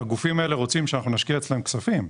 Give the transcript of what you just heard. הגופים האלה רוצים שנשקיע בהם כספים.